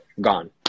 gone